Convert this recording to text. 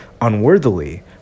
unworthily